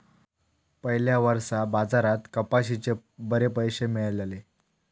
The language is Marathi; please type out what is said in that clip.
पयल्या वर्सा बाजारात कपाशीचे बरे पैशे मेळलले